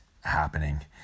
happening